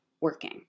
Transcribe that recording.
working